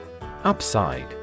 UPSIDE